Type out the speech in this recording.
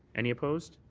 any opposed?